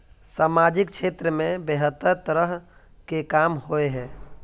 सामाजिक क्षेत्र में बेहतर तरह के काम होय है?